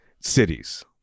cities